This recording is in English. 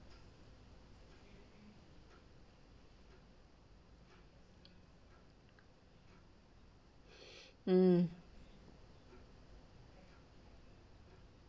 mm